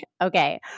Okay